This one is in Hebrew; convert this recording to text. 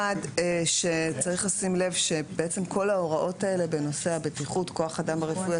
1. צריך לשים לב שכול ההוראות האלה בנושא הבטיחות כוח אדם רפואי,